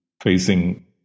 facing